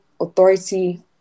authority